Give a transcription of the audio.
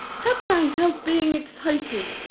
how can i help being excited?